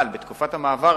בתקופת המעבר,